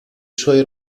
suoi